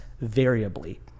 variably